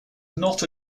not